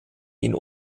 ihn